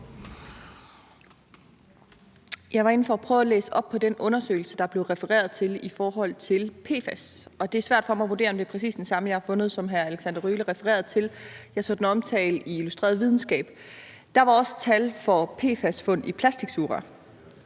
Jeg var inde for at prøve at læse op på den undersøgelse, der blev refereret til i forhold til PFAS, og det er svært for mig at vurdere, om det er præcis den samme, jeg har fundet, som hr. Alexander Ryle refererede til. Jeg så den omtalt i Illustreret Videnskab. Der var også tal for PFAS-fund i plastiksugerør,